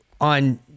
on